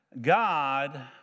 God